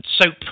soap